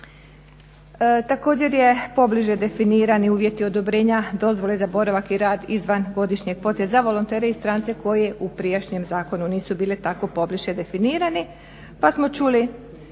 Također je pobliže definirano i uvjeti odobrenja dozvole za boravak i rad izvan godišnje kvote za volontere i strance koji u prijašnjem zakonu nisu bili tako pobliže definirani pa smo čuli